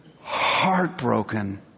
heartbroken